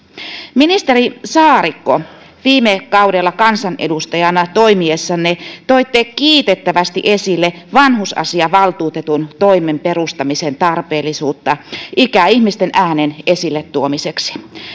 ministeri saarikko viime kaudella kansanedustajana toimiessanne toitte kiitettävästi esille vanhusasiavaltuutetun toimen perustamisen tarpeellisuutta ikäihmisten äänen esille tuomiseksi